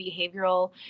behavioral